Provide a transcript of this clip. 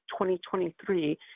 2023